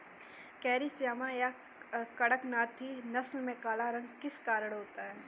Carry श्यामा या कड़कनाथी नस्ल में काला रंग किस कारण होता है?